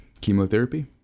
chemotherapy